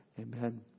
Amen